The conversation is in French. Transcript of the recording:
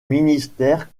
ministère